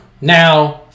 now